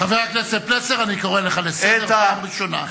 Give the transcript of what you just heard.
חבר הכנסת פלסנר, אני קורא לך לסדר פעם ראשונה.